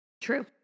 True